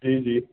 जी जी